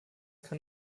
kann